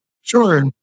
Sure